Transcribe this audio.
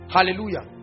Hallelujah